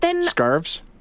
Scarves